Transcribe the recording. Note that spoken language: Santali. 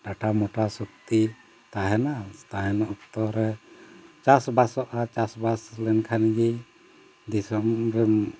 ᱴᱟᱴᱟ ᱢᱚᱴᱟ ᱥᱚᱠᱛᱤ ᱛᱟᱦᱮᱱᱟ ᱛᱟᱦᱮᱱ ᱚᱠᱛᱚ ᱨᱮ ᱪᱟᱥ ᱵᱟᱥᱚᱜᱼᱟ ᱪᱟᱥ ᱵᱟᱥ ᱞᱮᱱ ᱠᱷᱟᱱ ᱜᱮ ᱫᱤᱥᱚᱢ ᱨᱮᱢ